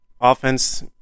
offense